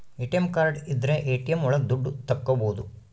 ATM card ಇದ್ರ ATM ಒಳಗ ದುಡ್ಡು ತಕ್ಕೋಬೋದು